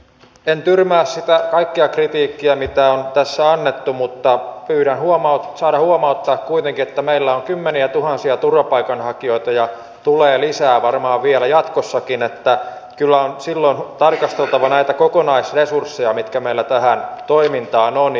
en tyrmää kaikkea sitä kritiikkiä mitä on tässä annettu mutta pyydän saada huomauttaa kuitenkin että meillä on kymmeniätuhansia turvapaikanhakijoita ja tulee varmaan lisää vielä jatkossakin niin että kyllä on silloin tarkasteltava näitä kokonaisresursseja mitkä meillä tähän toimintaan on